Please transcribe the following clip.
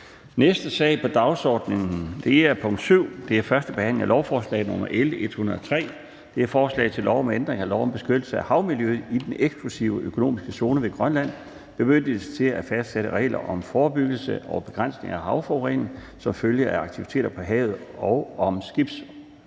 næste punkt på dagsordenen er: 7) 1. behandling af lovforslag nr. L 103: Forslag til lov om ændring af lov om beskyttelse af havmiljøet i den eksklusive økonomiske zone ved Grønland. (Bemyndigelse til at fastsætte regler om forebyggelse og begrænsning af havforurening som følge af aktiviteter på havet og om